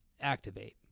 activate